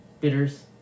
bitters